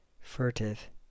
furtive